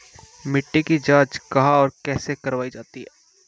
मिट्टी की जाँच कहाँ और कैसे करवायी जाती है?